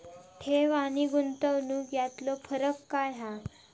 ठेव आनी गुंतवणूक यातलो फरक काय हा?